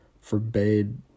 forbade